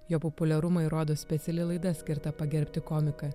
jo populiarumą įrodo speciali laida skirta pagerbti komiką